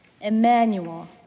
Emmanuel